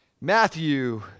Matthew